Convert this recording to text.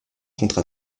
contre